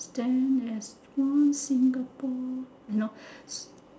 stand as one Singapore you know